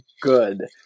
good